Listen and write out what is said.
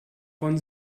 von